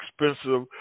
expensive